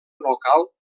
local